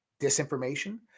disinformation